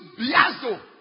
biazo